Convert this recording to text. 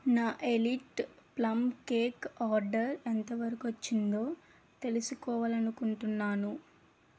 నా elite plum cake order ఎంతవరకి వచ్చిందో తెలుసుకోవాలి అనుకుంటున్నాను